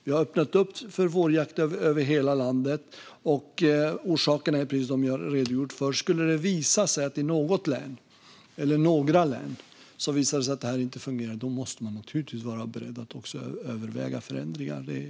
Vi har öppnat upp för vårjakt över hela landet, och orsakerna är precis de som jag har redogjort för. Skulle det visa sig att detta inte fungerar i något eller några län måste man naturligtvis vara beredd att överväga förändringar.